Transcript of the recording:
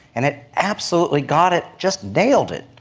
and it absolutely got it, just nailed it,